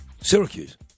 Syracuse